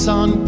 on